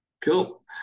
Cool